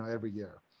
every year.